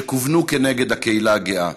שכוונו כנגד הקהילה הגאה.